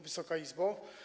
Wysoka Izbo!